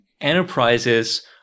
enterprises